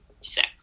Sick